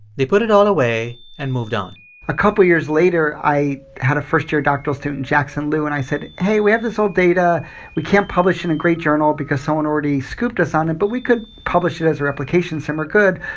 they put it all away and moved on a couple years later, i had a first-year doctoral student, jackson lu, and i said, hey, we have this old data we can't publish in a great journal because someone already scooped us on it, but we could publish it as a replication somewhere good.